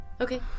Okay